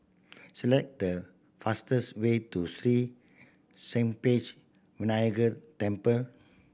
select the fastest way to Sri Senpaga Vinayagar Temple